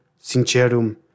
sincerum